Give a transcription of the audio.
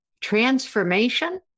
Transformation